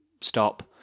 stop